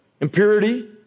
impurity